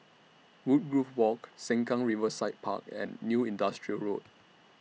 Woodgrove Walk Sengkang Riverside Park and New Industrial Road